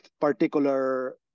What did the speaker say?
particular